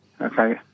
Okay